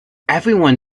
everyone